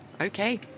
Okay